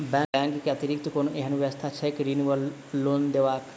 Bank केँ अतिरिक्त कोनो एहन व्यवस्था छैक ऋण वा लोनदेवाक?